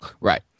right